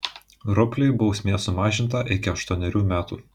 rupliui bausmė sumažinta iki aštuonerių metų